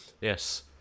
yes